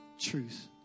truth